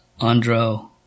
Andro